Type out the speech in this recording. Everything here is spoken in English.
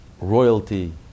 Royalty